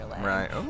Right